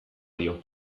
dio